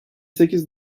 sekiz